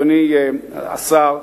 אדוני השר,